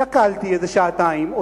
שקלתי איזה שעתיים,